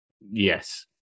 Yes